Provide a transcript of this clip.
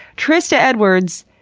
trista edwards,